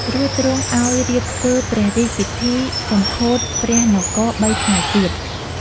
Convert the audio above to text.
រួចទ្រង់ឲ្យរៀបធ្វើព្រះរាជពិធីសម្ពោធព្រះនគរ ៣ថ្ងៃទៀត